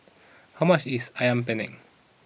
how much is Ayam Penyet